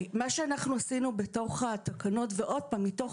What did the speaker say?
מה שאנחנו עשינו בתוך התקנות - ועוד פעם: מתוך